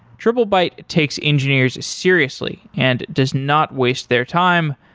triplebyte takes engineers seriously and does not waste their time,